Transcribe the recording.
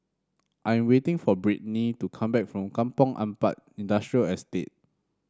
I am waiting for Brittny to come back from Kampong Ampat Industrial Estate